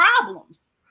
problems